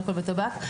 אלכוהול וטבק.